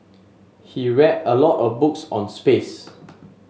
he read a lot of books on space